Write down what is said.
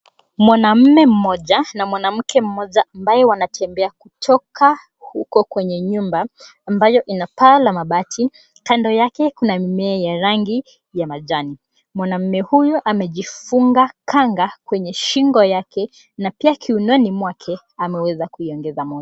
Mwanamme mmoja na mwanamke mmoja ambaye wanatembea kutoka huko kwenye nyumba ambayo ina paa la mabati. Kando yake kuna mimea ya rangi ya majani. Mwanamme huyu amejifunga kanga kwenye shingo yake na pia kiunoni mwake ameweza kuiongeza moja.